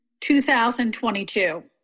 2022